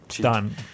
done